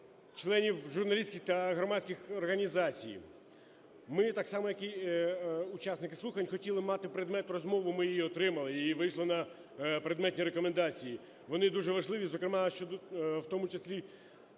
членів журналістських та громадських організацій. Ми так само, як і учасники слухань, хотіли мати предмет розмови. Ми її отримали і вийшли на предметні рекомендації, вони дуже важливі. Зокрема, в тому числі,